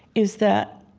is that